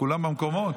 כולם במקומות?